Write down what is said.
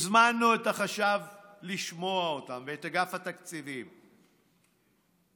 הזמנו את החשב ואת אגף התקציבים לשמוע אותם.